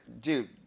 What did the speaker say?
Dude